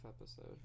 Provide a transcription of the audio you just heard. episode